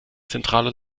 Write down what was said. zentraler